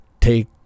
take